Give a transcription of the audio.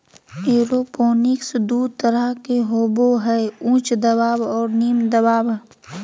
aeroponics दू तरह के होबो हइ उच्च दबाव और निम्न दबाव